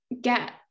get